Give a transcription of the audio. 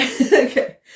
Okay